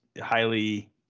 highly